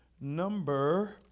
number